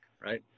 right